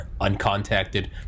uncontacted